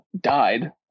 died